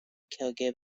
kgb